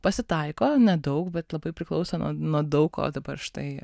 pasitaiko nedaug bet labai priklauso nuo daug ko dabar štai